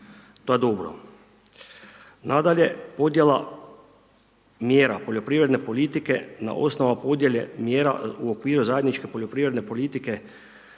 To je dobro. Nadalje, podjela mjera poljoprivredne politike na osnova podjele mjera u okviru zajedničke poljoprivredne politike